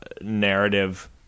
narrative